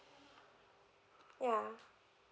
yeah